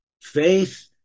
Faith